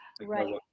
Right